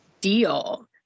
deal